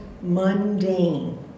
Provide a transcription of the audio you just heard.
mundane